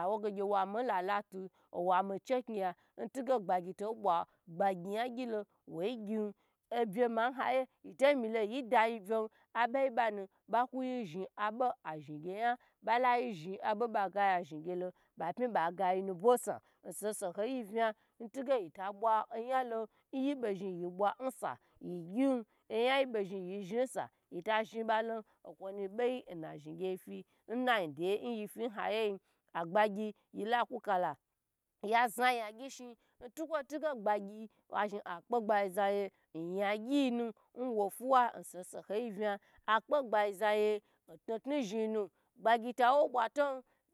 Awo ge gye wa mi lala tu gye wami che kni ya ntige gbagyi to bwa gbagyi yan gyi lo woi gyin obye ma nha yiye to milo yi da yi byen abo yi banu ba kuyi zhn abo azhigye yan ba layi zhn abo ba ga yi azhn gyelo ba pyi ba ga yi nubwo sna nbo ho soho yi vna nge yi bwa oyamlo yi bo zhn yi bwa nsa yi gyin oyan yi bo zhn yi zhn sa yita zhn balo okwo beyi na zhn gyi fi na zhn deye yi fa yeyin agbagyi yila kukala ya za gyi shi ntige gbayi za azhi akpe gbagyi zaye nyagyi yina nwo fuwa nsohosohoyi vna akpe gbagyi zayi n knu knu zh yinu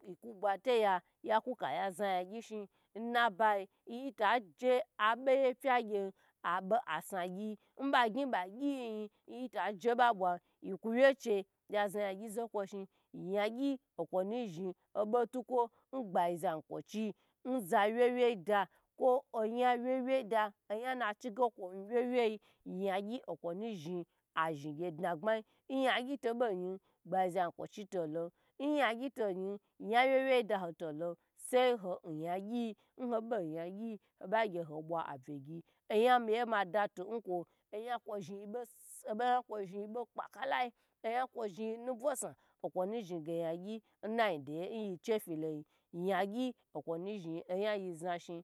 yiku gbato ya ya kuka ya za yagyi shiyi nabayi nyitaje abe ye pya gyan abo asa gyi nba gyn ba gyi yiyin nyi ta ji ba bwa yi kwu wye che ya za yem gyi zokwo shin yangyi okwonu shi tukwo n gbai za yin kwo chi n za wye wye do kwo naza wye wye da oyan na chige kwo wye wye ya gyi okwonu zhi azhi gye dna gbai n yagyi to yin bagyi za yikwo chi to lon yan wye wye da to lon sai ho ya gyi nho bo yangyi hoba gyi ho bwa abye gyi oya miye mada tu kwo oya kwo zhn yi bo kpakalar oyan kwo zhn nubwosa okwo nu zhige yan gyi nnayi deyi yi chafiloyen yagyi okwo nu zho bo yiza shi